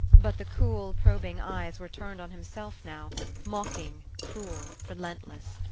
but the cool, probing eyes were turned on himself now mocking, cruel, relentless.